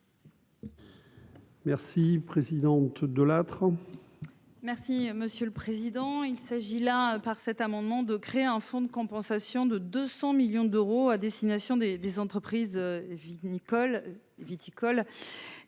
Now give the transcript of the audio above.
Merci, présidente de Latran. Merci monsieur le président, il s'agit là par cet amendement, de créer un fonds de compensation de 200 millions d'euros à destination des des entreprises vinicoles